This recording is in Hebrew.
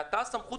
ואתה הסמכות,